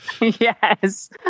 Yes